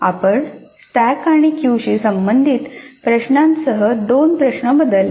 आपण स्टॅक आणि क्यू शी संबंधित प्रश्नांसह दोन प्रश्न बदलले